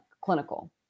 clinical